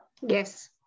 Yes